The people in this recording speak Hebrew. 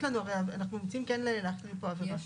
אנחנו רוצים כן להכליל פה עבירה.